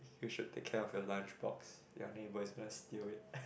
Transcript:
you should take care of your lunchbox your neighbour is going to steal it